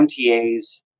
MTAs